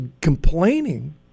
complaining